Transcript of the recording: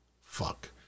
fuck